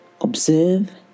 observe